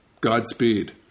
Godspeed